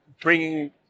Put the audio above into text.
bringing